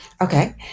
Okay